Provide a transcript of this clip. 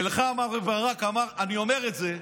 ולך, מר בן ברק, אני אומר את זה,